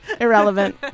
Irrelevant